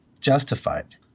justified